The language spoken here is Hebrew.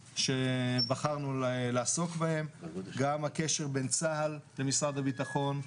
שבחרנו לעסוק בהם: גם הקשר בין צה"ל למשרד הביטחון,